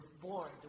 born